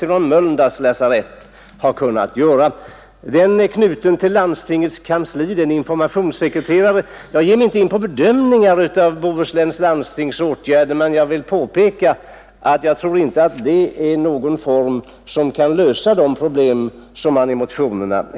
Den ombudsmannasysslan har skötts av en informationssekreterare, knuten till landstingets kansli; jag ger mig inte in på en bedömning av Göteborgs och Bohus läns landstings åtgärder, men jag vill påpeka att jag inte tror att de problem som man i motionerna efterlyser en lösning på kan klaras den vägen.